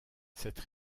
cette